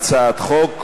הצעת חוק,